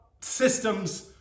systems